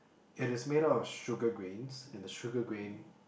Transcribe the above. it is made up of sugar grains and the sugar grain